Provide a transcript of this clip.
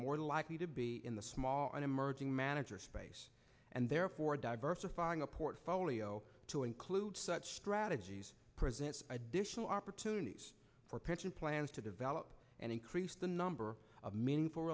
more likely to be in the small and emerging managers and therefore diversifying a portfolio to include such strategies presents additional opportunities for pension plans to develop and increase the number of meaningful